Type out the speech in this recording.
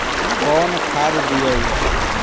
कौन खाद दियई?